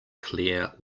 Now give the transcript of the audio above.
clear